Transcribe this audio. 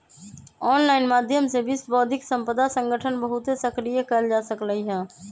online माध्यम से विश्व बौद्धिक संपदा संगठन बहुते सक्रिय कएल जा सकलई ह